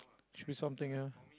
should be something ah